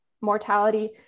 mortality